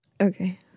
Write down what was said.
Okay